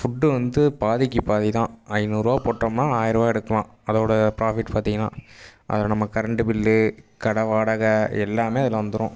food வந்து பாதிக்குப் பாதி தான் ஐந்நூறுபா போட்டோம்னால் ஆயிரரூவா எடுக்கலாம் அதோடய ப்ராஃபிட் பார்த்தீங்கன்னா அதில் நம்ம கரண்டு பில்லு கடை வாடகை எல்லாமே அதில் வந்துடும்